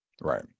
right